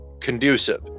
conducive